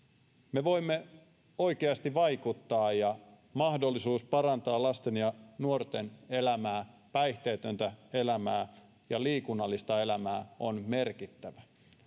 me voimme oikeasti vaikuttaa ja mahdollisuus parantaa lasten ja nuorten elämää päihteetöntä elämää ja liikunnallista elämää on merkittävä